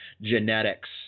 genetics